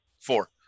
Four